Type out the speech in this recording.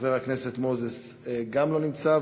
חבר הכנסת מוזס, גם הוא לא נמצא.